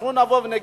אנחנו נגיד,